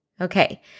Okay